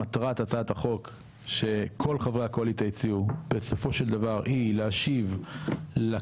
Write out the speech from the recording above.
מטרת הצעת החוק שכל חברי הקואליציה הציעו בסופו של דבר היא להשיב לכנסת,